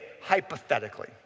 hypothetically